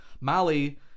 Mali